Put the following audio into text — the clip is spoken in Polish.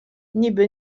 niby